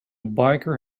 biker